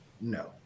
No